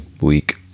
week